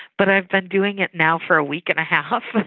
but i've been doing it now for a week and a half. but